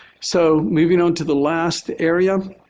so, moving on to the last area.